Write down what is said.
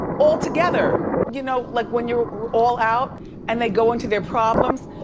altogether, you know, like when you're all out and they go into their problems,